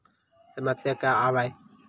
समस्या का आवे?